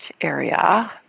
area